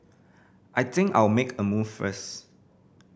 I think I'll make a move first